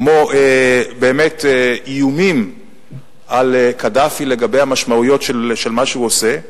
כמו באמת איומים על קדאפי לגבי המשמעויות של מה שהוא עושה.